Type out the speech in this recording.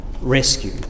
rescue